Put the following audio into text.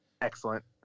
excellent